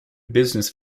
business